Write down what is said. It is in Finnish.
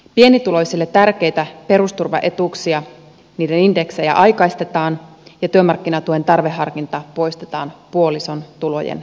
pienituloisille tärkeitä perusturvaetuuksien indeksikorotuksia aikaistetaan ja työmarkkinatuen tarveharkinta poistetaan puolison tulojen osalta